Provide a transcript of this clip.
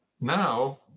Now